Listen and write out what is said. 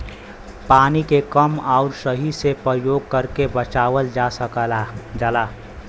पानी के कम आउर सही से परयोग करके बचावल जा सकल जाला